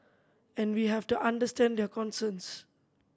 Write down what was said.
and we have to understand their concerns